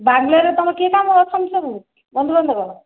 ବାଙ୍ଗଲୋର ରେ ତମର କିଏ କାମ କରୁଛନ୍ତି ସବୁ ବନ୍ଧୁ ବାନ୍ଧବ